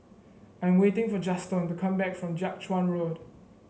I am waiting for Juston to come back from Jiak Chuan Road